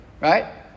right